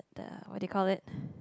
the what do you call it